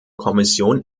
kommission